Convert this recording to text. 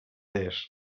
adés